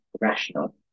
rational